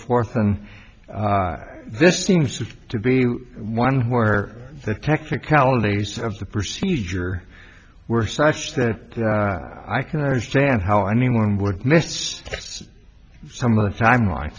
forth and this seems to be one where the technicalities of the procedure were such that i can understand how anyone would miss some other time line